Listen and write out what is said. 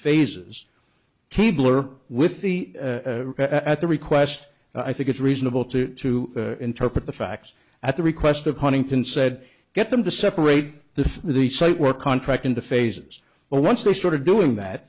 phases keebler with the at the request i think it's reasonable to interpret the facts at the request of huntington said get them to separate the the site work contract into phases but once they started doing that